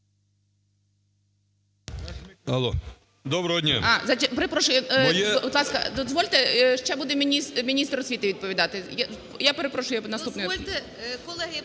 Доброго дня.